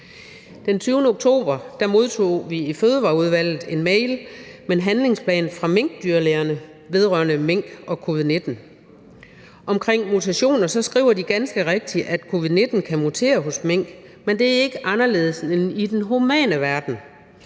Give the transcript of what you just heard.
Den 20. oktober modtog vi i Miljø- og Fødevareudvalget en mail med en handlingsplan fra LVK Minkdyrlægerne vedrørende mink og covid-19. Omkring mutationer skriver de ganske rigtigt, at covid-19 kan mutere hos mink, men at det ikke er anderledes end i den humane verden.